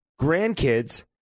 grandkids